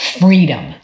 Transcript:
freedom